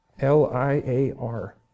L-I-A-R